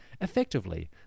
Effectively